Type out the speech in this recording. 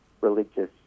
religious